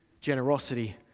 generosity